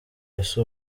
ese